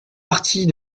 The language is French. partie